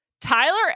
Tyler